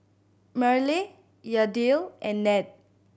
Myrle Yadiel and Ned